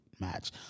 match